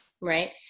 right